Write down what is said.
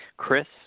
Chris